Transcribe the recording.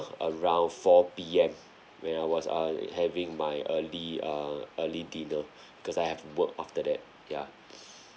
around four P_M when I was uh having my early err early dinner because I have work after that ya